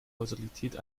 kausalität